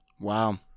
Wow